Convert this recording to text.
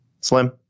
Slim